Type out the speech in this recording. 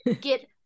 get